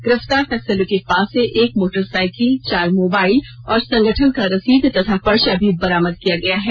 गिरफतार नक्सलियों के पास से एक मोटरसाईकिल चार मोबाइल और संगठन का रसीद तथा पर्चा भी बरामद किया गया है